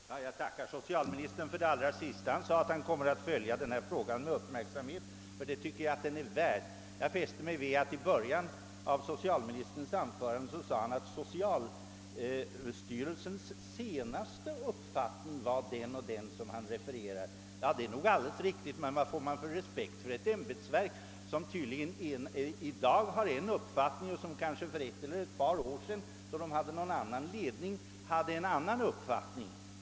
Herr talman! Jag tackar socialministern för de sista orden, alltså att han kommer att följa denna fråga med uppmärksamhet. Det tycker jag att frågan är värd. Jag fäster mig emellertid vid att socialministern i början av sitt anförande sade att socialstyrelsens senaste uppfattning var den som statsrådet sedan refererade. Det var väl alldeles riktigt — men vad får man för respekt för ett ämbetsverk som har en uppfattning i dag, men som kanske för ett eller ett par år sedan, då verkets ledning var en annan, hade en annan uppfattning?